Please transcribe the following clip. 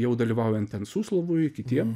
jau dalyvaujan ten suslovui kitiem